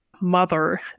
mother